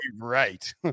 right